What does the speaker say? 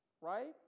right